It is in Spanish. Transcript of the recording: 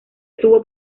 estuvo